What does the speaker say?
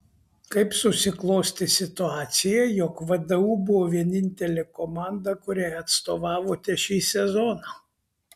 kaip susiklostė situacija jog vdu buvo vienintelė komanda kuriai atstovavote šį sezoną